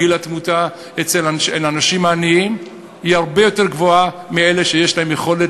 גיל התמותה אצל אנשים עניים הוא הרבה יותר נמוך משל אלה שיש להם יכולת